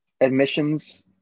admissions